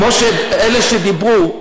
כמו אלה שדיברו,